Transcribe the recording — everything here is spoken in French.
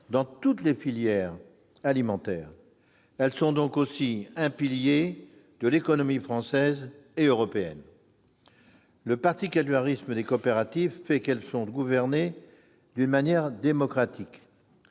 dans toutes les filières alimentaires. Elles sont donc aussi un pilier de l'économie française et européenne. Le particularisme des coopératives fait qu'elles sont gouvernées d'une manière démocratique.